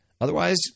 Otherwise